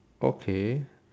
okay